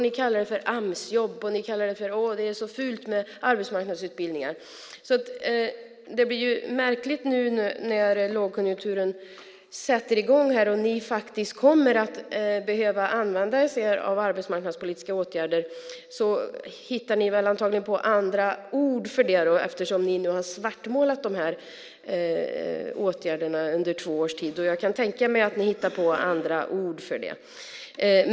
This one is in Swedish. Ni kallar det för "Amsjobb" och säger att det är så fult med arbetsmarknadsutbildningar. Det blir märkligt nu när lågkonjunkturen sätter i gång och ni faktiskt kommer att behöva använda er av arbetsmarknadspolitiska åtgärder. Då hittar ni antagligen på andra ord för det, eftersom ni har svartmålat dessa åtgärder under två års tid. Jag kan tänka mig att ni hittar på andra ord.